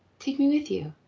take me with you.